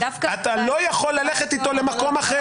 אתה לא יכול ללכת איתו למקום אחר.